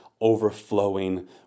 overflowing